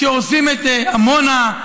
כשהורסים את עמונה,